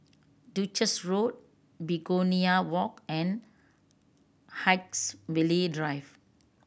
Duchess Road Begonia Walk and Haigsville Drive